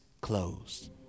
closed